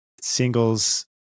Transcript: singles